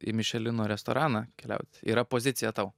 į mišelino restoraną keliaut yra pozicija tau